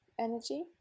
energy